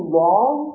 long